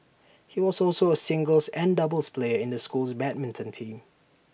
he was also A singles and doubles player in the school's badminton team